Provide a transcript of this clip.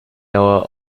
noah